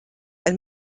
ein